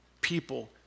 people